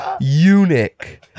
eunuch